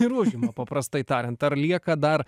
ir užima paprastai tariant ar lieka dar